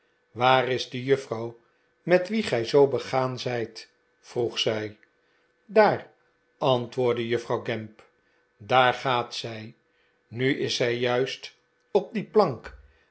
waar is de juffrouw met wie gij zoo begaan zijt vroeg zij daar antwoordde juffrouw gamp daar gaat zij nu is zij juist op die plank